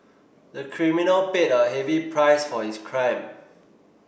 the criminal paid a heavy price for his crime